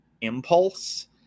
impulse